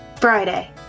friday